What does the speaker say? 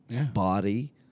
body